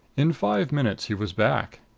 in five minutes he was back.